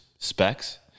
specs